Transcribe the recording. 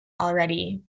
already